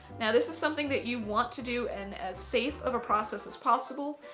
now this is something that you want to do and as safe of a process as possible,